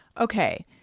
Okay